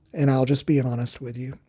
and i'll just be and honest with you.